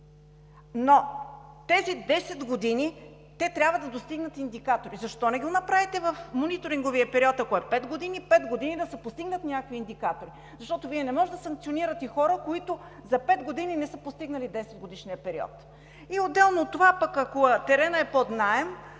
в тези десет години те трябва да достигнат индикатори. Защо не ги направите в мониторинговия период – ако той е пет години, в пет години да се постигнат някакви индикатори? Защото не можете да санкционирате хора, които за пет години не са постигнали 10-годишния период. Отделно от това, ако теренът е под наем